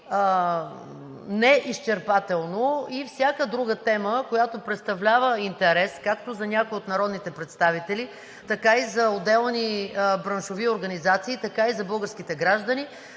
неизчерпателно и всяка друга тема, която представлява интерес както за някой от народните представители, така и за отделни браншови организации, така и за българските граждани,